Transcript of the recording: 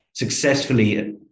successfully